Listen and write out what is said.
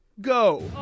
go